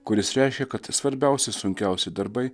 kuris reiškia kad svarbiausia sunkiausi darbai